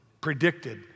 predicted